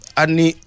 ani